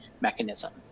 mechanism